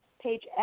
page